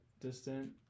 distant